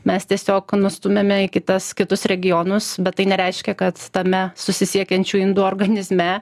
mes tiesiog nustumiame į kitas kitus regionus bet tai nereiškia kad tame susisiekiančių indų organizme